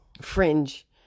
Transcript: fringe